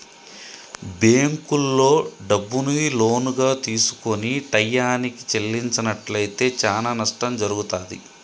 బ్యేంకుల్లో డబ్బుని లోనుగా తీసుకొని టైయ్యానికి చెల్లించనట్లయితే చానా నష్టం జరుగుతాది